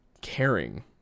caring